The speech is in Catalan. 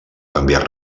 canviar